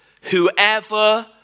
Whoever